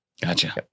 Gotcha